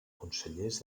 consellers